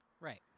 right